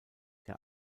der